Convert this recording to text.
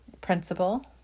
principal